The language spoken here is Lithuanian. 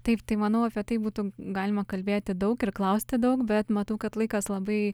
taip tai manau apie tai būtų galima kalbėti daug ir klausti daug bet matau kad laikas labai